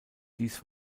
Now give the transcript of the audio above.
dies